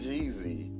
Jeezy